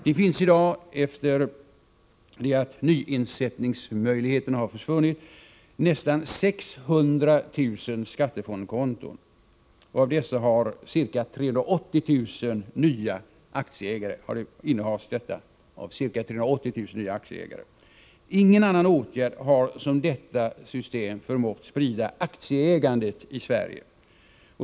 Det finns i dag, efter det att nyinsättningsmöjligheterna har försvunnit, nästan 600 000 skattefondkonton, och ca 380 000 av dessa innehas av nya aktieägare. Ingen annan åtgärd har som detta system förmått sprida aktieägandet i Sverige.